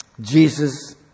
Jesus